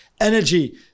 energy